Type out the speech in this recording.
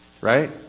Right